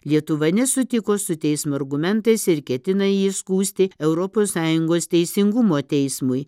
lietuva nesutiko su teismo argumentais ir ketina jį skųsti europos sąjungos teisingumo teismui